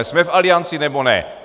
Jsme v Alianci, nebo ne?